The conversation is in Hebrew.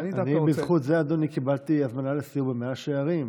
בזכות זה, אדוני, קיבלתי הזמנה לסיור במאה שערים,